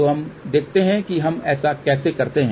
तो हम देखते हैं कि हम ऐसा कैसे करते हैं